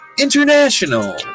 International